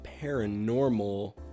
paranormal